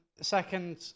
second